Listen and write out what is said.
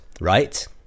right